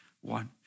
one